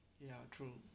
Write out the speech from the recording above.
ya true